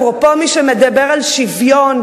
אפרופו מי שמדבר על שוויון,